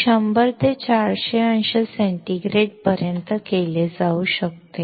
हे 100 ते 400 अंश सेंटीग्रेड पर्यंत केले जाऊ शकते